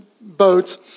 boats